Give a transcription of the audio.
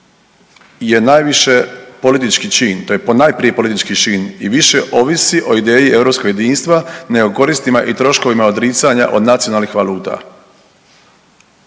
je najviše politički čin. To je ponajprije politički čin i više ovisi o ideji europskog jedinstva nego koristima i troškovima odricanja od nacionalnih valuta.